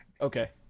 Okay